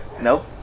Nope